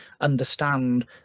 understand